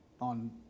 On